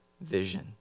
vision